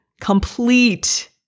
complete